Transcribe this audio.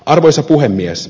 arvoisa puhemies